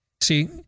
See